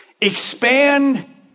Expand